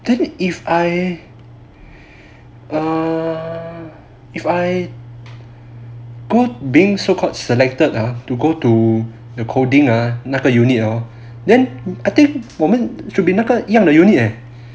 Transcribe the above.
then if I err if I both being so called selected ah to go to the coding ah 那个 unit hor then I think 我们 should be 那个一样的 unit eh